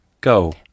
Go